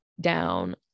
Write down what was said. down